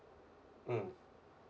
mm